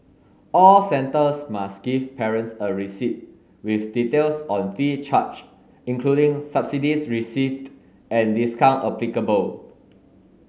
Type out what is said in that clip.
all centres must give parents a receipt with details on fee charged including subsidies received and discount applicable